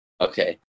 okay